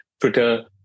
Twitter